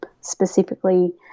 specifically